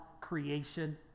creation